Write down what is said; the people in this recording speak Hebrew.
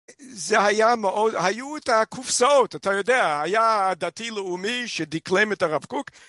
זה היה, היו את הקופסאות, אתה יודע, היה הדתי לאומי שדיקלם את הרב קוק